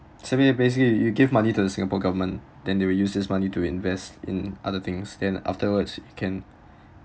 so you basically you give money to the singapore government then they will use this money to invest in other things then afterwards you can